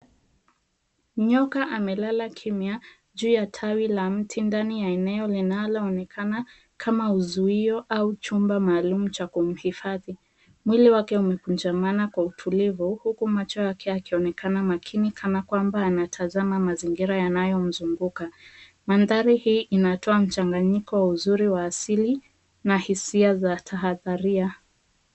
Nyoka amelala kimya juu ya tawi la mti ndani ya eneo linaloonekana kama uzuio au chumba maalum cha kumhifadhi. Mwili wake umekunjamana kwa utulivu huku macho yake yakionekana makini kana kwamba anatazama mazingira yanayo mzunguka. Mandhari hii inatoa mchanganyiko mzuri wa asili na hisia za tahadharia.